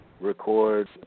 record